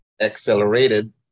accelerated